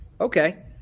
Okay